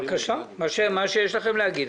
בבקשה, מה שיש לכם להגיד.